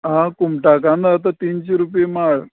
आं कुमटा कांदो आसा तो तिनशीं रुपया माळ